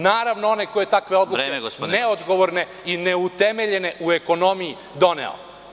Naravno onaj ko je takve odluke neodgovorne i neutemeljene u ekonomiji doneo.